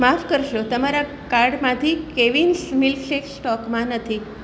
માફ કરશો તમારા કાર્ટમાંથી કેવીન્સ મિલ્કશેક સ્ટોકમાં નથી